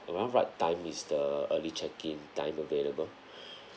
around what time is the early check in time available